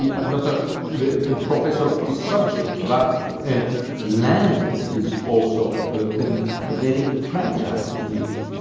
yeah i'm not a professor of this subject, but land is also um a very fragile thing,